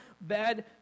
bad